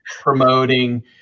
promoting